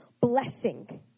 blessing